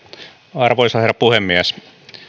arvoisa herra puhemies